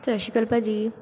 ਸਤਿ ਸ਼੍ਰੀ ਕਾਲ ਭਾਅ ਜੀ